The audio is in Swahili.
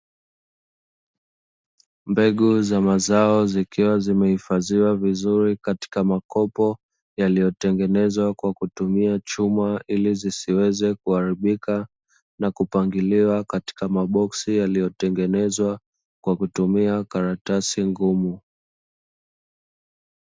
Mbegu za mazao zikiwa zimehifadhiwa vizuri katika makopo yaliyotengenezwa kwa kutumia chuma ili zisiweze kuharibika na kupangiliwa katika maboksi yaliyotengenezwa kwa kutumia karatasi ngumu.